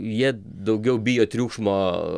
jie daugiau bijo triukšmo